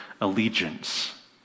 allegiance